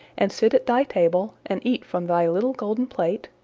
and sit at thy table, and eat from thy little golden plate,